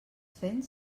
fent